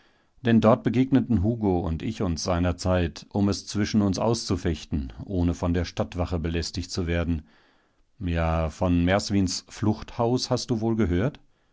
denn dort begegneten hugo und ich uns seinerzeit um es zwischen uns auszufechten ohne von der stadtwache belästigt zu werden ja von merswins fluchthaus hast du wohl gehört